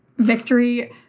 Victory